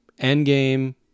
Endgame